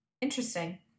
Interesting